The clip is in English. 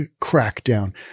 crackdown